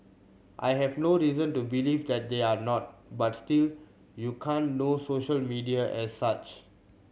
I have no reason to believe that they are not but still you can't know social media as such